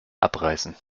abreißen